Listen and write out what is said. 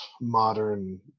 modern